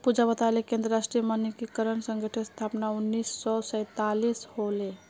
पूजा बताले कि अंतरराष्ट्रीय मानकीकरण संगठनेर स्थापना उन्नीस सौ सैतालीसत होले